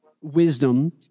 wisdom